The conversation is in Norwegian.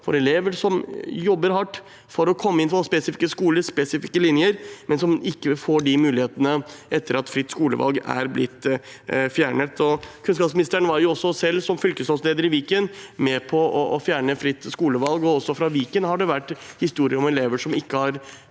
om elever som jobber hardt for å komme inn på spesifikke skoler og spesifikke linjer, men som ikke får de mulighetene etter at fritt skolevalg er blitt fjernet. Kunnskapsministeren var jo selv som fylkesrådsleder i Viken med på å fjerne fritt skolevalg, og også i Viken har det vært historier om elever som ikke har